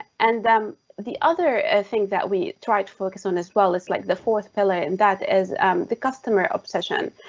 and then the other thing that we try to focus on as well? it's like the fourth pillar and that is um the customer obsession.